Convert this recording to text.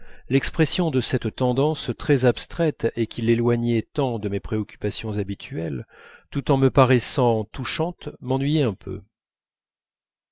l'expression de cette tendance très abstraite et qui l'éloignait tant de mes préoccupations habituelles tout en me paraissant touchante m'ennuyait un peu